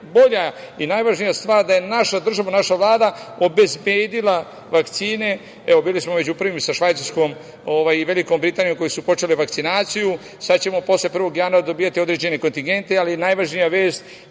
najbolja i najvažnija stvar da je naša država, naša Vlada obezbedila vakcine. Evo, bili smo među prvima i sa Švajcarskom i Velikom Britanijom koje su počele vakcinaciju. Sad ćemo posle 1. januara dobijati određene kontigente, ali najvažnija vest,